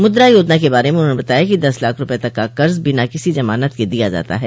मुद्रा योजना के बारे में उन्होंने बताया कि दस लाख रूपये तक का कर्ज बिना किसी जमानत के दिया जाता है